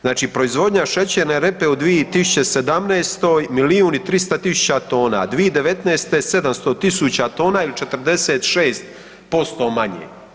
Znači proizvodnja šećerne repe u 2017. milijun i 300 tisuća tona, 2019. 700.000 tona ili 46% manje.